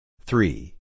Three